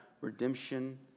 redemption